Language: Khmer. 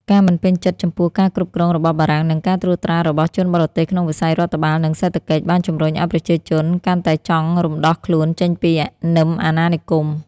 ការមិនពេញចិត្តចំពោះការគ្រប់គ្រងរបស់បារាំង និងការត្រួតត្រារបស់ជនបរទេសក្នុងវិស័យរដ្ឋបាល និងសេដ្ឋកិច្ច បានជំរុញឱ្យប្រជាជនកាន់តែចង់រំដោះខ្លួនចេញពីនឹមអាណានិគម។